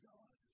God